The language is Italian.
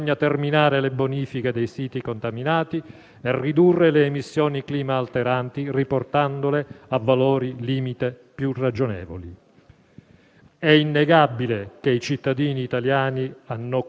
È innegabile che i cittadini italiani hanno compiuto notevoli sforzi ed è altrettanto vero che, dopo un anno dall'inizio di questa terribile pandemia, sono stanchi e stremati,